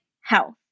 health